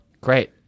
great